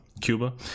cuba